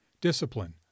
discipline